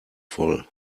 voll